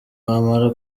wamara